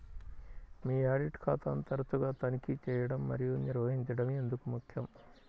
మీ audit ఖాతాను తరచుగా తనిఖీ చేయడం మరియు నిర్వహించడం ఎందుకు ముఖ్యం?